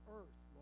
earth